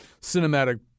cinematic